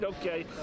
Okay